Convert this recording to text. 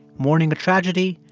mourning a tragedy?